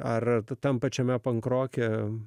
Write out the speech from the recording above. ar tam pačiame pankroke